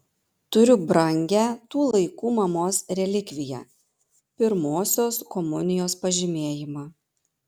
turiu brangią tų laikų mamos relikviją pirmosios komunijos pažymėjimą